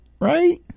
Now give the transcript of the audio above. right